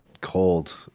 cold